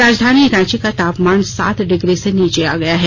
राजधानी रांची का तापमान सात डिग्री से नीचे आ गया है